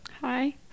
Hi